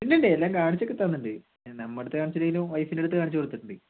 പിന്നില്ലേ എല്ലാം കാണിച്ചൊക്കെ തന്നിട്ടുണ്ട് നമ്മളുടെ അടുത്ത് കാണിച്ചിട്ടിലെങ്കിലും വൈഫിൻ്റെ അടുത്ത് കാണിച്ചിട്ടുണ്ട്